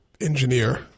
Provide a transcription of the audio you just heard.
engineer